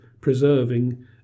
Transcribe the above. preserving